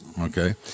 okay